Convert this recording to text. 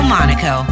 Monaco